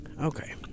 okay